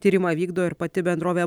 tyrimą vykdo ir pati bendrovė